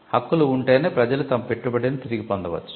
హక్కులు ఉంటేనే ప్రజలు తమ పెట్టుబడిని తిరిగి పొందవచ్చు